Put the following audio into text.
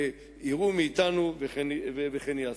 ויראו מאתנו וכן יעשו.